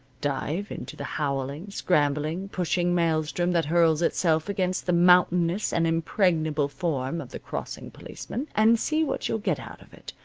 dive into the howling, scrambling, pushing maelstrom that hurls itself against the mountainous and impregnable form of the crossing policeman, and see what you'll get out of it,